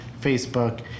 facebook